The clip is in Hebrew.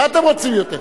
מה אתם רוצים יותר?